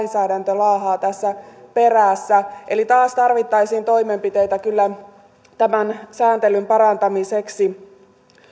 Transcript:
lainsäädäntö laahaa tässä perässä eli taas tarvittaisiin toimenpiteitä kyllä tämän sääntelyn parantamiseksi